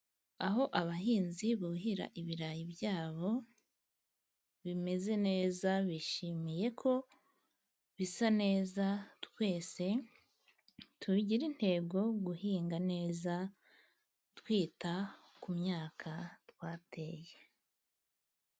Aho abahinzi buhira ibirayi byabo bimeze neza, bishimiye ko bisa neza. Twese tubigira intego guhinga neza twita ku myaka twateye.